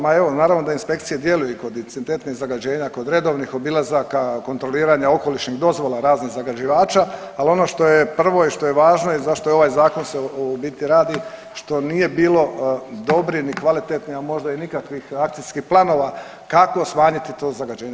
Ma evo naravno da inspekcije djeluju kod incidentnih zagađenja, kod redovnih obilazaka, kontroliranja okolišnih dozvola raznih zagađivača ali ono što je prvo i što je važno i zašto je ovaj zakon se u biti radi što nije bilo dobrih, ni kvalitetnih, a možda ni nikakvih akcijskih planova kako smanjiti to zagađenje.